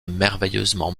merveilleusement